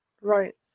Right